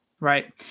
Right